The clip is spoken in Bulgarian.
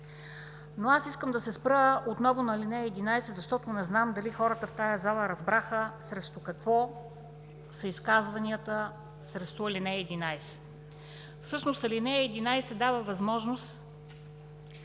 Но аз искам да се спра отново на ал. 11, защото не знам дали хората в тази зала разбраха срещу какво са изказванията срещу ал. 11. Всъщност ал. 11 дава възможност